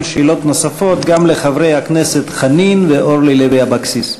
שאלות נוספות גם לחברי הכנסת חנין ואורלי לוי אבקסיס.